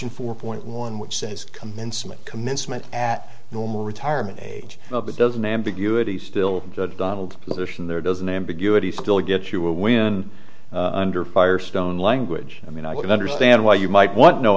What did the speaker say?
in four point one which says commencement commencement at normal retirement age doesn't ambiguity still donald position there doesn't ambiguity still gets you a win under firestone language i mean i can understand why you might want no